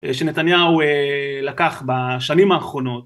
שנתניהו לקח בשנים האחרונות